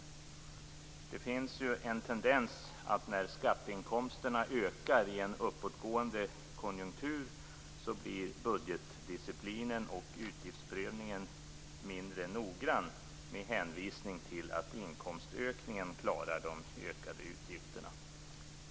Det finns ju en tendens att när skatteinkomsterna ökar i en uppåtgående konjunktur blir budgetdisciplinen och utgiftsprövningen mindre noggrann med hänvisning till att inkomstökningen klarar de ökade utgifterna.